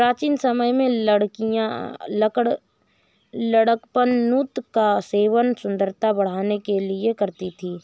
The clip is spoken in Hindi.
प्राचीन समय में लड़कियां कडपनुत का सेवन सुंदरता बढ़ाने के लिए करती थी